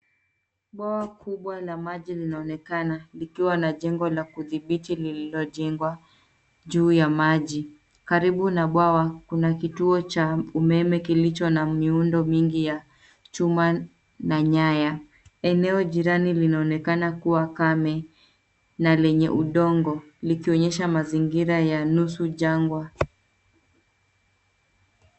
Bwawa kubwa la maji linaonekana likiwa na jengo la kudhibiti lililojengwa juu ya maji. Karibu na bwawa kuna kituo cha umeme kilicho na miundo mingi ya chuma na nyaya. Eneo jirani linaonekana kuwa kame na lenye udongo likionyesha mazingira ya nusu jangwa.